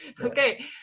Okay